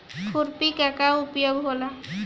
खुरपी का का उपयोग होला?